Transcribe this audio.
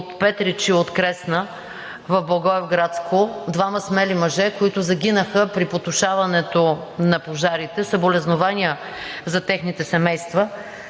Петрич и от Кресна в Благоевградско – двама смели мъже, които загинаха при потушаването на пожарите. Съболезнования за техните семейства!